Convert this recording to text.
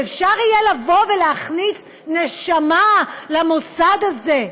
שאפשר יהיה להכניס נשמה במוסד הזה.